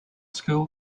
school